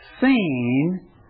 seen